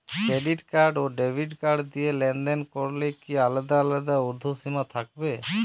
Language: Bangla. ক্রেডিট কার্ড এবং ডেবিট কার্ড দিয়ে লেনদেন করলে কি আলাদা আলাদা ঊর্ধ্বসীমা থাকবে?